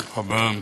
תודה רבה,